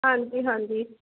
ਹਾਂਜੀ ਹਾਂਜੀ